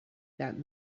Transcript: that